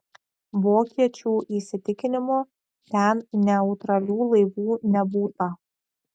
vokiečių įsitikinimu ten neutralių laivų nebūta